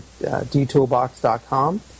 dtoolbox.com